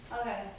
Okay